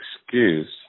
excuse